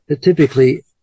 typically